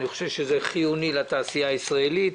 אני חושב שזה חיוני לתעשייה הישראלית.